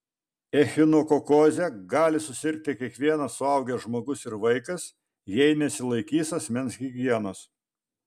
echinokokoze gali susirgti kiekvienas suaugęs žmogus ir vaikas jei nesilaikys asmens higienos